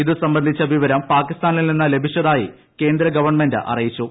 ഇതു സംബന്ധിച്ച വിവരം പാകിസ്ഥിനിൽ നിന്ന് ലഭിച്ചതായി കേന്ദ്ര ഗവൺമെന്റ് അറിയിച്ചു